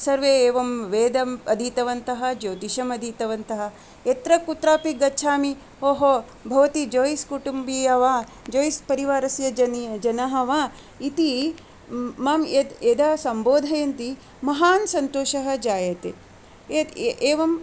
सर्वे एवं वेदम् अधीतवन्तः ज्योतिषम् अधीतवन्तः यत्र कुत्रापि गच्छामि ओहो भवती जोयिस् कुटुम्बीया वा जोयिस् परिवारस्य जनाः वा इति मां यदा सम्बोधयन्ति महान् सन्तोषः जायते एवं